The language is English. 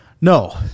No